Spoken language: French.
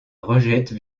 rejette